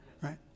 right